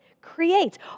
creates